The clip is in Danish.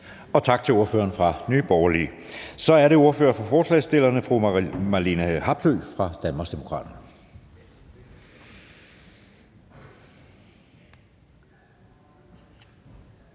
Tak til ordføreren fra Nye Borgerlige. Så er det ordføreren for forslagsstillerne, fru Marlene Harpsøe fra Danmarksdemokraterne.